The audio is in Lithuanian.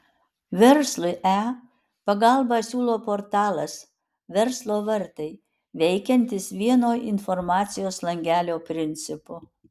verslui e pagalbą siūlo portalas verslo vartai veikiantis vieno informacijos langelio principu